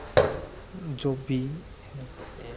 जो भी है ये